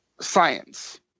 science